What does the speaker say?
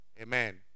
Amen